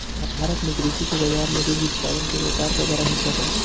भारत में कृषि के बाजार में दुग्ध उत्पादन के व्यापार क बड़ा हिस्सा बा